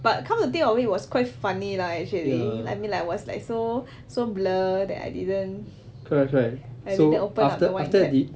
but come to think of it was quite funny lah actually I mean like I was like so so blur that I didn't I didn't open the wine cap